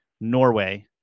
Norway